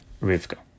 Rivka